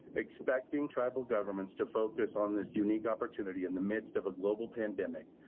expecting tribal governments to focus on this unique opportunity in the midst of a global pandemic,